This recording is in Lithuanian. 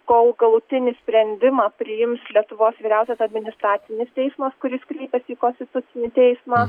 kol galutinį sprendimą priims lietuvos vyriausias administracinis teismas kuris kreipiasi į konstitucinį teismą